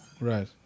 Right